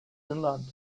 irland